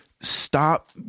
stop